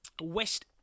West